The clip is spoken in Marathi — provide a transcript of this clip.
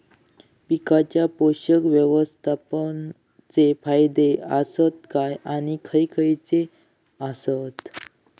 पीकांच्या पोषक व्यवस्थापन चे फायदे आसत काय आणि खैयचे खैयचे आसत?